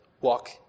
walk